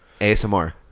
ASMR